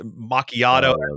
Macchiato